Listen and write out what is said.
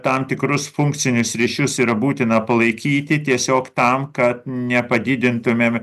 tam tikrus funkcinius ryšius yra būtina palaikyti tiesiog tam kad nepadidintumėm